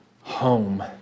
home